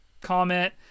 comment